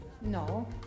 No